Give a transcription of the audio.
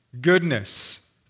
goodness